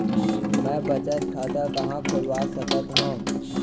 मै बचत खाता कहाँ खोलवा सकत हव?